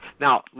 Now